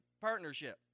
partnership